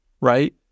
right